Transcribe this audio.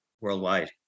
worldwide